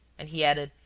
and he added,